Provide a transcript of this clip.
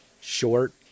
Short